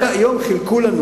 רק היום חילקו לנו